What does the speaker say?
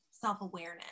self-awareness